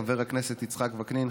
חבר הכנסת יצחק וקנין,